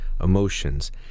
Emotions